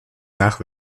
nach